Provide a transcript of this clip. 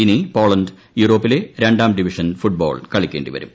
ഇനി പോളണ്ട് യൂറോപ്പിലെ രണ്ടാം ഡിവിഷൻ ഫുട്ബോള് കളിക്കേണ്ടിവരും